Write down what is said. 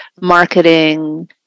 marketing